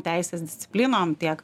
teisės disciplinom tiek